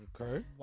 Okay